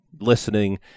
listening